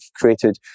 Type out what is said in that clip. created